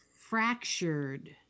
Fractured